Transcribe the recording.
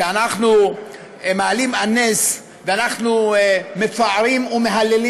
שאנחנו מעלים על נס ואנחנו מפארים ומהללים